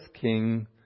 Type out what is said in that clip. king